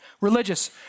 Religious